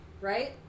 right